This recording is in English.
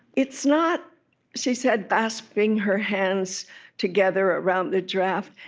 it's not she said, clasping her hands together around the giraffe,